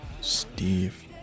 Steve